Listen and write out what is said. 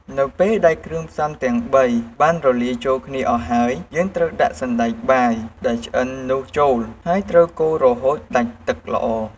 នៅពេលដែល គ្រឿងផ្សំទាំងបី បានរលាយចូលគ្នាអស់ហើយ យើងត្រូវដាក់សណ្ដែកបាយដែលឆ្អិននោះចូល ហើយត្រូវកូររហូតដាច់ទឹកល្អ។